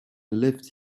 left